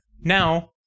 Now